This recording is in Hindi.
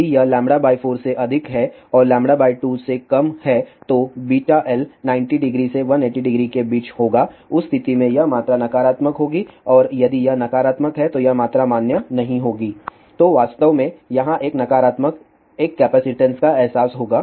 यदि यह λ 4 से अधिक है और λ 2 से कम है तो l 900 से 1800 के बीच होगा उस स्थिति में यह मात्रा नकारात्मक होगी और यदि यह नकारात्मक है तो यह मात्रा मान्य नहीं होगी तो वास्तव में यहाँ एक नकारात्मक एक कैपेसिटेंस का एहसास होगा